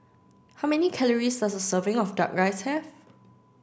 how many calories does a serving of duck rice have